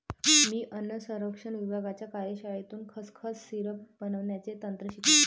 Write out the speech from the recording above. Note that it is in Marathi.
मी अन्न संरक्षण विभागाच्या कार्यशाळेतून खसखस सिरप बनवण्याचे तंत्र शिकलो